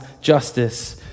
justice